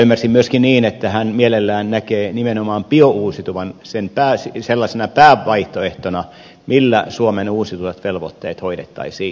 ymmärsin myöskin niin että hän mielellään näkee nimenomaan biouusiutuvan sellaisena päävaihtoehtona millä suomen uusiutuvan velvoitteet hoidettaisiin